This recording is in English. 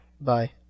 Bye